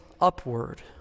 upward